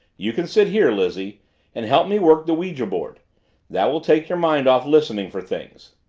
you can sit here, lizzie and help me work the ouija-board. that will take your mind off listening for things!